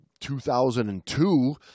2002